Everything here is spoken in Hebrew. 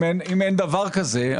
אם אין דבר כזה,